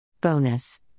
Bonus